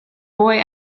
boy